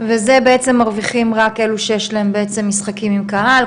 וזה בעצם מרוויחים רק אלה שיש להם משחקים עם קהל,